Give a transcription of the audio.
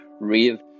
read